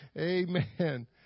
Amen